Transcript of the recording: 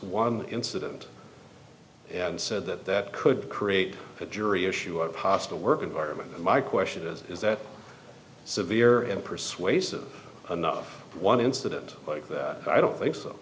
one incident and said that that could create a jury issue of hostile work environment my question is is that severe and persuasive enough one incident like that i don't think so